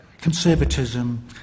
conservatism